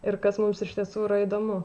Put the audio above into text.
ir kas mums iš tiesų yra įdomu